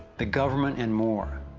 the government and more.